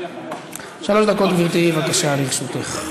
שלוש דקות, גברתי, בבקשה, לרשותך.